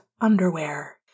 underwear